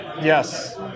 Yes